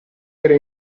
era